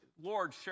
Lord